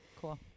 Cool